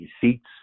seats